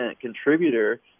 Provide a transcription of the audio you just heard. contributor